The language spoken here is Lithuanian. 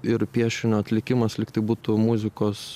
ir piešinio atlikimas lyg tai būtų muzikos